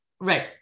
Right